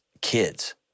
kids